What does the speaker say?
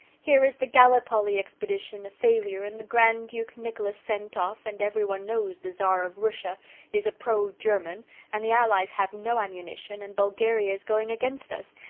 here is the gallipolly expedition a failure and the grand duke nicholas sent off, and everyone knows the czar of rooshia is a pro-german and the allies have no ammunition and bulgaria is going against us.